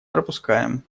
пропускаем